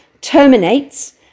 terminates